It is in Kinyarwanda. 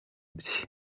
bye